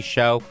Show